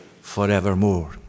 forevermore